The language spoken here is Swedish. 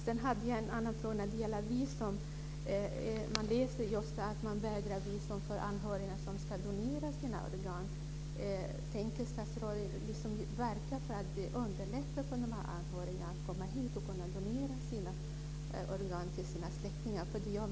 Man läser om att man vägrar visum för anhöriga som ska donera organ. Tänker statsrådet verka för att underlätta för dessa anhöriga att komma hit och donera organ till sina släktingar?